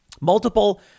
Multiple